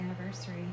anniversary